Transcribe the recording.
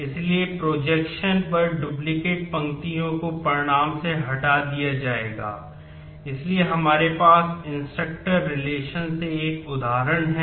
इसलिए प्रोजेक्शन में किया जाता है